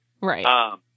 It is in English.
Right